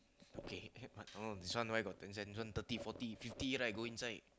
okay eh what this one where got ten cent this one thirty forty fifty right go inside